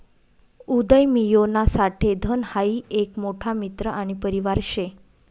उदयमियोना साठे धन हाई एक मोठा मित्र आणि परिवार शे